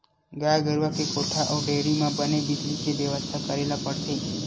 गाय गरूवा के कोठा अउ डेयरी म बने बिजली के बेवस्था करे ल परथे